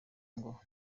ngo